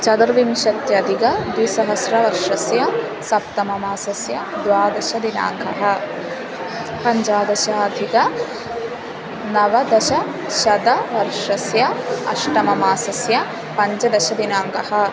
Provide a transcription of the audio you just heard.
चतुर्विंशत्यधिकद्विसहस्रतमवर्षस्य सप्तममासस्य द्वादशदिनाङ्कः पञ्चदशाधिकनवदशशततमवर्षस्य अष्टममासस्य पञ्चदशदिनाङ्कः